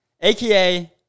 aka